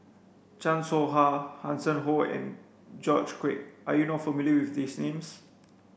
Chan Soh Ha Hanson Ho and George Quek are you not familiar with these names